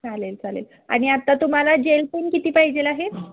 चालेल चालेल आणि आत्ता तुम्हाला जेल पेन किती पाहिजे आहेत